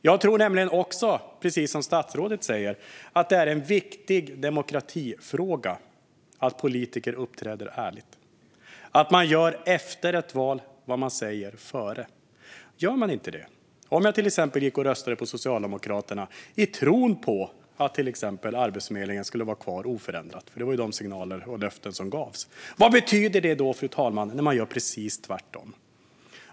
Jag tror nämligen, precis som statsrådet säger, att det är en viktig demokratifråga att politiker uppträder ärligt och att man gör efter ett val vad man säger före. Säg att man inte gör det. Säg att jag röstade på Socialdemokraterna i tron att Arbetsförmedlingen skulle vara kvar oförändrad eftersom det var de signaler och löften som gavs. Vad betyder det då, fru talman, när man gör precis tvärtom?